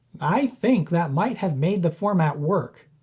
i think that might have made the format work.